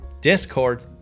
Discord